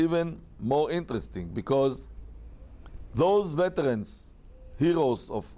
even more interesting because those veterans heroes of